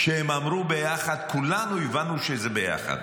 כשהם אמרו ביחד, כולנו הבנו שזה ביחד.